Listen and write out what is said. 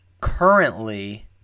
currently